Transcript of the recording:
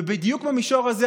ובדיוק במישור הזה,